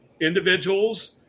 individuals